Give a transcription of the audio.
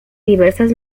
diversas